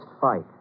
fight